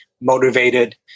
motivated